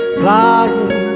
flying